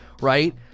right